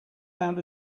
found